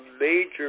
major